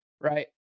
right